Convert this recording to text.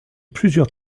plusieurs